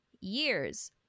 years